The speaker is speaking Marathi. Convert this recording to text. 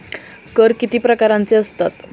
कर किती प्रकारांचे असतात?